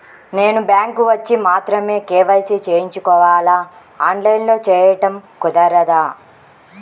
నేను బ్యాంక్ వచ్చి మాత్రమే కే.వై.సి చేయించుకోవాలా? ఆన్లైన్లో చేయటం కుదరదా?